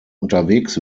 unterwegs